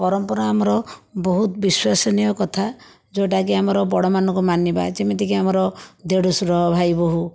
ପରମ୍ପରା ଆମର ବହୁତ ବିଶ୍ଵସନୀୟ କଥା ଯେଉଁଟାକି ଆମର ବଡ଼ମାନଙ୍କୁ ମାନିବା ଯେମିତିକି ଆମର ଦେଢ଼ଶୁର ଭାଇବୋହୁ